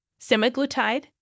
Semaglutide